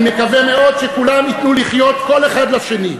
אני מקווה מאוד שכולם ייתנו לחיות כל אחד לשני.